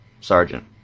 sergeant